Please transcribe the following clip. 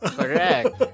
correct